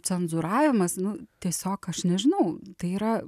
cenzūravimas nu tiesiog aš nežinau tai yra